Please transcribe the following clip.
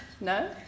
No